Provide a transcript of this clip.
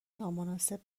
نامناسب